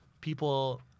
People